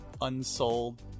unsold